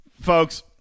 folks